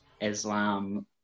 Islam